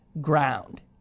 ground